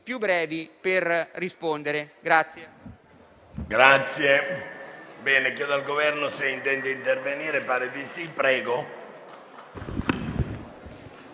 più brevi per rispondere.